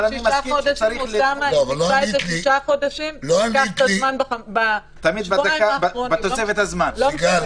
תמיד מגיעים לסוף בתוספת הזמן.